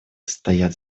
стоят